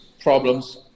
problems